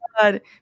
God